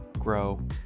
grow